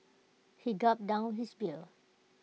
he gulped down his beer